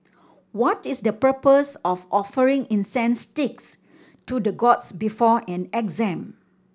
what is the purpose of offering incense sticks to the gods before an exam